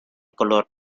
color